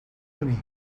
bonic